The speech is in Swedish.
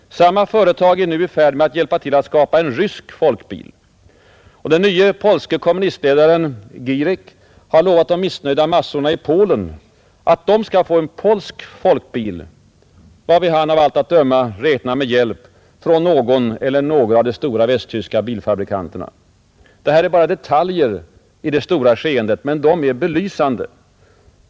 Samma företag är nu i färd med att hjälpa till att skapa en rysk folkbil. Den nye polske kommunistledaren Gierek har lovat de missnöjda massorna i Polen att de skall få en polsk folkbil, varvid han av allt att döma räknar med hjälp från någon eller några av de stora västtyska bilfabrikanterna. Det här är bara detaljer i det stora skeendet, men de är belysande.